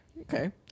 okay